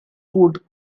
could